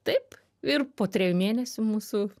taip ir po triejų mėnesių mūsų